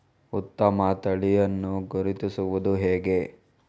ಉತ್ತಮ ತಳಿಯನ್ನು ಗುರುತಿಸುವುದು ಹೇಗೆ?